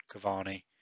Cavani